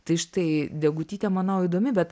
tai štai degutytė manau įdomi bet